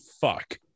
fuck